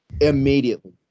immediately